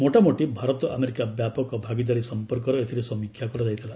ମୋଟାମୋଟି ଭାରତ ଆମେରିକା ବ୍ୟାପକ ଭାଗିଦାରୀ ସଂପର୍କର ଏଥିରେ ସମୀକ୍ଷା କରାଯାଇଥିଲା